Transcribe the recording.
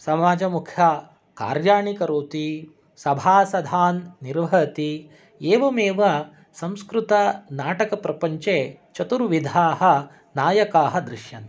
समाजमुख्याः कार्याणि करोति सभासधान् निर्वहति एवम् एव संस्कृतनाटकप्रपञ्चे चतुर्विधाः नायकाः दृश्यन्ते